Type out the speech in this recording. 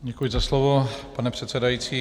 Děkuji za slovo, pane předsedající.